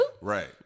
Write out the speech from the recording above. Right